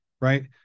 right